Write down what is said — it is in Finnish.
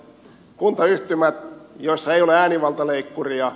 kuntayhtymät joissa ei ole äänivaltaleikkuria